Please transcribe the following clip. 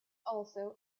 also